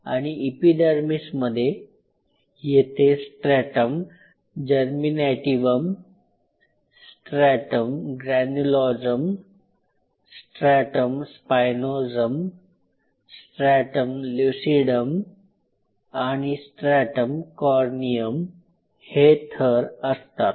आणि इपीडर्मीसमध्ये येथे स्ट्रेटम जर्मिनेटिव्हम स्ट्रेटम ग्रॅन्युलोजम या दोहोंमध्ये स्ट्रेटम स्पायनोजम् इथे स्ट्रेटम लुसीडम आणि स्ट्रेटम कोर्नियम हे थर असतात